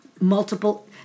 multiple